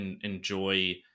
enjoy